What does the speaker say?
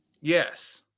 Yes